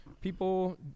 people